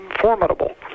formidable